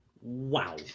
Wow